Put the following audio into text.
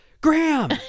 graham